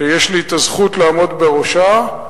שיש לי הזכות לעמוד בראשה,